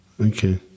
Okay